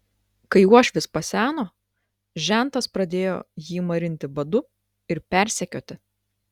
kai uošvis paseno žentas pradėjo jį marinti badu ir persekioti